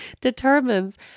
determines